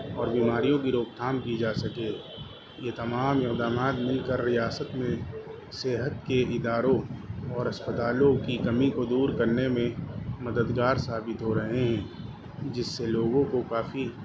اور بیماریوں کی روک تھام کی جا سکے یہ تمام اقدامات مل کر ریاست میں صحت کے اداروں اور اسپتالوں کی کمی کو دور کرنے میں مددگار ثابت ہو رہے ہیں جس سے لوگوں کو کافی